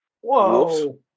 Whoa